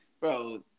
bro